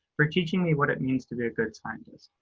for teaching me what it means to be a good scientist.